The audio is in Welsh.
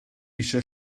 eisiau